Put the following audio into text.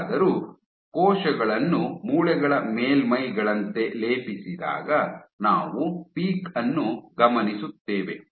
ಹೇಗಾದರೂ ಕೋಶಗಳನ್ನು ಮೂಳೆಗಳ ಮೇಲ್ಮೈಗಳಂತೆ ಲೇಪಿಸಿದಾಗ ನಾವು ಪೀಕ್ ಅನ್ನು ಗಮನಿಸುತ್ತೇವೆ